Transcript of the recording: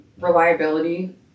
Reliability